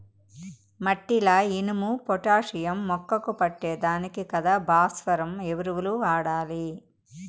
మట్టిల ఇనుము, పొటాషియం మొక్కకు పట్టే దానికి కదా భాస్వరం ఎరువులు వాడాలి